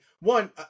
one